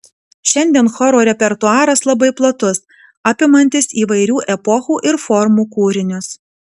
šiandien choro repertuaras labai platus apimantis įvairių epochų ir formų kūrinius